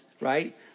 right